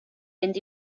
mynd